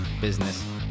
business